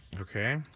Okay